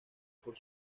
por